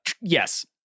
Yes